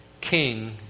King